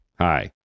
hi